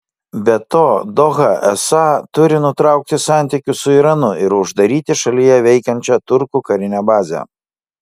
be to doha esą turi nutraukti santykius su iranu ir uždaryti šalyje veikiančią turkų karinę bazę